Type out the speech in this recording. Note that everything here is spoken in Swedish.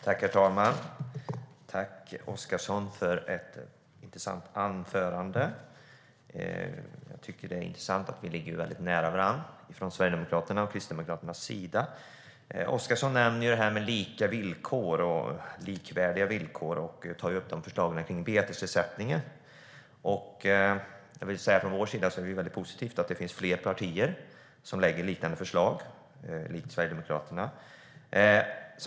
Herr talman! Tack, Oscarsson, för ett intressant anförande! Det är intressant att höra att Sverigedemokraterna och Kristdemokraterna ligger nära varandra. Oscarsson nämner likvärdiga villkor och tar upp förslaget om betesersättningen. Från vår sida ser vi det som väldigt positivt att det finns fler partier som lägger fram förslag som liknar Sverigedemokraternas.